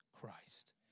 Christ